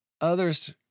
others